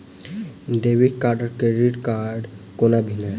Debit card आ credit कोना भिन्न है?